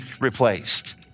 replaced